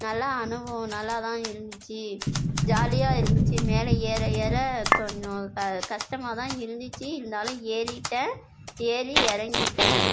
நல்லா அனுபவம் நல்லாத்தான் இருந்துச்சு ஜாலியாக இருந்துச்சு மேலே ஏற ஏற கொஞ்சம் கஷ்டமாகத்தான் இருந்துச்சு இருந்தாலும் ஏறிட்டேன் ஏறி இறங்கிட்டன்